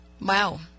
Wow